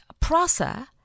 Prasa